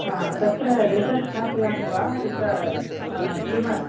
हा तत्र रेसर् स्थापयामि वा उत ट्रिमर्